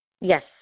Yes